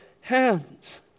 hands